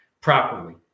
properly